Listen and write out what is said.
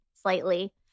slightly